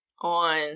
on